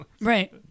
Right